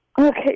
Okay